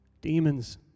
Demons